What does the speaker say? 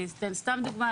אני אתן סתם דוגמה.